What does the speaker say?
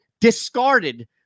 discarded